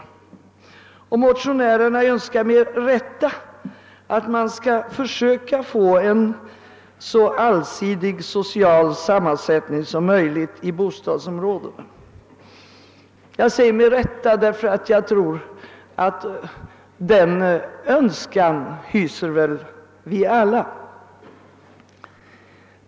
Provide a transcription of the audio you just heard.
Motionärerna önskar med rätta att man skall försöka få en så allsidig social sammansättning som möjligt i bostadsområdena. Jag säger >med rätta» därför att jag tror att vi alla hyser denna önskan.